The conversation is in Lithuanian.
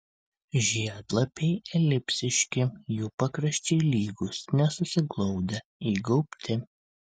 žiedlapiai elipsiški jų pakraščiai lygūs nesusiglaudę įgaubti